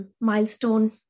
milestone